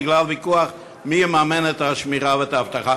בגלל ויכוח מי יממן את השמירה ואת האבטחה,